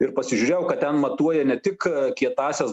ir pasižiūrėjau ką ten matuoja ne tik kietąsias